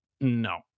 no